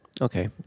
Okay